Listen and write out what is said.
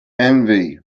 envy